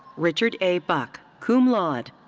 richard a. buck, cum laude.